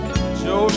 Joe